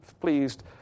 pleased